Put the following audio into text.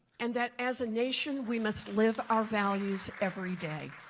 and that as a nation we must live our values every day.